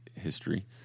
history